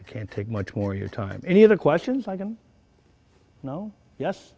i can't take much more your time any other questions like i'm no yes